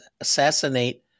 assassinate